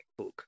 MacBook